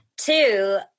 Two